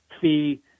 fee